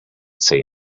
say